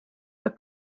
for